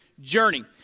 journey